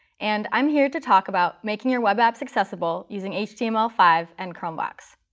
and i'm here to talk about making your web apps accessible using h t m l five and chromevox.